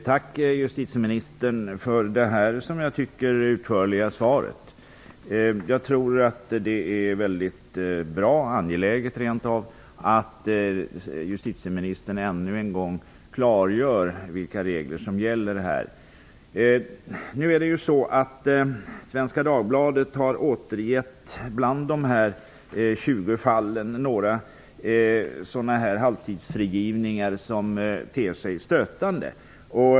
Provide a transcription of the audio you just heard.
Fru talman! Tack för det utförliga svaret, justitieministern! Det är bra -- rent av angeläget -- att justitieministern ännu en gång klargör vilka regler som gäller. I en artikel i Svenska Dagbladet den 2 april av Claes von Hofsten återges några fall bland 20 halvtidsfrigivningar som ter sig stötande.